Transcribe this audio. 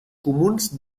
comuns